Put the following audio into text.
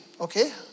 Okay